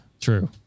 true